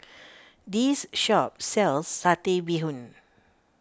this shop sells Satay Bee Hoon